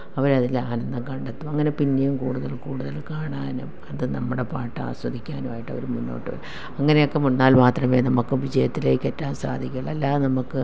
അവരതിൽ ആനന്ദം കണ്ടെത്തും അങ്ങനെ പിന്നെയും കൂടുതൽ കൂടുതൽ കാണാനും അത് നമ്മുടെ പാട്ട് ആസ്വദിക്കാനും ആയിട്ട് അവർ മുന്നോട്ട് അങ്ങനെയൊക്കെ വന്നാൽ മാത്രമേ നമുക്ക് വിജയത്തിലേക്ക് എത്താൻ സാധിക്കുകയുള്ളൂ അല്ലാതെ നമുക്ക്